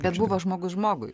bet buvo žmogus žmogui